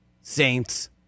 Saints